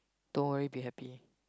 don't worry be happy